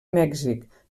mèxic